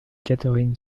catherine